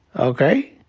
okay?